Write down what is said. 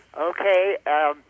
Okay